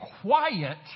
quiet